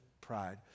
pride